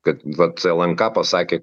kad vat lnk pasakė